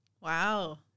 Wow